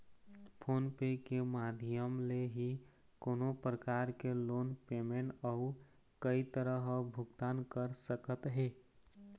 phone पे के माधियम ले ही कोनो परकार के लोन पेमेंट अउ कई तरह भुगतान कर सकत हे